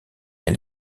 elle